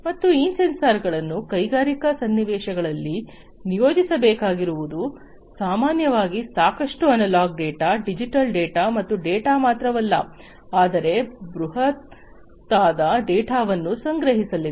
ಮತ್ತು ಈ ಸೆನ್ಸಾರ್ಗಳನ್ನು ಕೈಗಾರಿಕಾ ಸನ್ನಿವೇಶಗಳಲ್ಲಿ ನಿಯೋಜಿಸಬೇಕಾಗಿರುವುದು ಸಾಮಾನ್ಯವಾಗಿ ಸಾಕಷ್ಟು ಅನಲಾಗ್ ಡೇಟಾ ಡಿಜಿಟಲ್ ಡೇಟಾ ಮತ್ತು ಡೇಟಾ ಮಾತ್ರವಲ್ಲ ಆದರೆ ಬೃಹತ್ತಾದ ಡೇಟಾವನ್ನು ಸಂಗ್ರಹಿಸಲಿದೆ